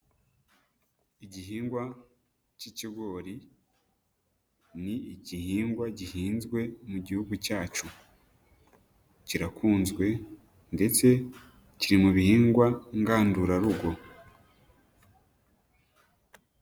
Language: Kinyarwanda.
Igihingwa, k'ikigori, ni igihingwa gihinzwe mu gihugu cyacu. kirakunzwe, ndetse kiri mu bihingwa ngandurarugo.